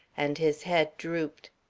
and his head drooped.